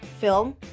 film